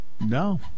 No